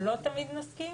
לא תמיד נסכים,